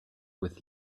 with